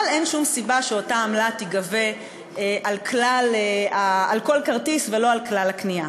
אבל אין שום סיבה שאותה עמלה תיגבה על כל כרטיס ולא על כלל הקנייה.